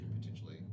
potentially